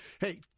Hey